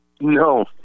No